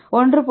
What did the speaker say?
1